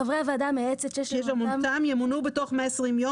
חברי הוועדה המייעצת ימונו בתוך 120 ימים